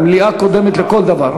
מליאה קודמת לכל דבר,